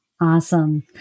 Awesome